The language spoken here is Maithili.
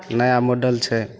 नया मॉडल छै